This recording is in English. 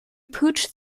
pooch